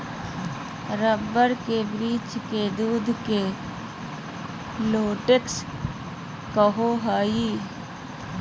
rubber के वृक्ष के दूध के लेटेक्स कहो हइ